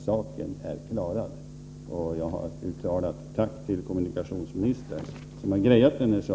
Saken är klarad, och jag har uttalat ett tack till kommunikationsministern som har grejat det.